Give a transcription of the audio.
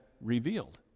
revealed